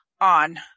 on